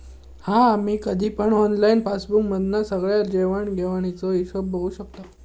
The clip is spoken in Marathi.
हा आम्ही कधी पण ऑनलाईन पासबुक मधना सगळ्या देवाण घेवाणीचो हिशोब बघू शकताव